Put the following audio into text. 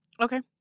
Okay